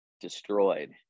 destroyed